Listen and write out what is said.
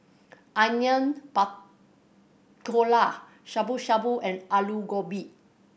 Onion Pakora Shabu Shabu and Alu Gobi